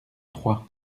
troyes